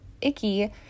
icky